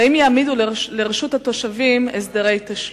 3. האם יאפשרו לתושבים הסדרי תשלום?